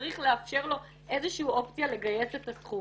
צריך לאפשר לו איזה שהיא אופציה לגייס את הסכום.